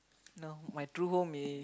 no my true home is